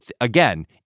Again